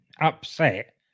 upset